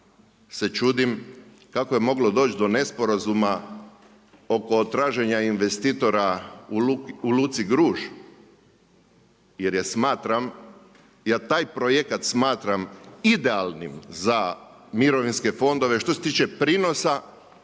se čudim kako je moglo doći do nesporazuma oko traženja investitora u luci Gruž jer ja smatram ja taj projekat smatram idealnim za mirovinske fondove što se tiče prinosa,